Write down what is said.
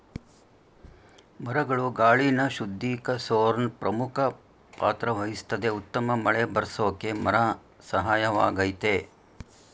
ಮರಗಳು ಗಾಳಿನ ಶುದ್ಧೀಕರ್ಸೋ ಪ್ರಮುಖ ಪಾತ್ರವಹಿಸ್ತದೆ ಉತ್ತಮ ಮಳೆಬರ್ರ್ಸೋಕೆ ಮರ ಸಹಾಯಕವಾಗಯ್ತೆ